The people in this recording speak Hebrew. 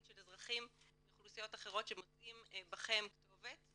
של אזרחים מאוכלוסיות אחרות שמוצאים בכם כתובת,